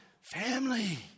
family